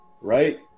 right